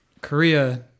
Korea